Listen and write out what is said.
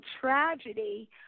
tragedy